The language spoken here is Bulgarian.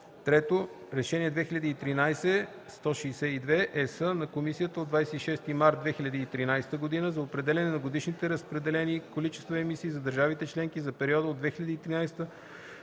3. Решение 2013/162/ЕС на Комисията от 26 март 2013 г. за определяне на годишните разпределени количества емисии за държавите членки за периода от 2013 до